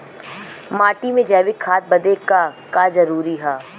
माटी में जैविक खाद बदे का का जरूरी ह?